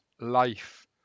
life